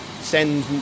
send